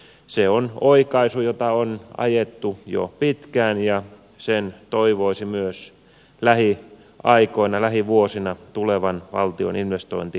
se on oikaisu jota on ajettu jo pitkään ja sen myös toivoisi lähiaikoina lähivuosina tulevan valtion investointiohjelmaan